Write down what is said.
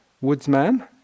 woodsman